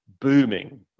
booming